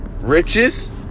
Riches